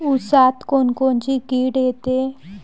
ऊसात कोनकोनची किड येते?